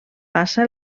passa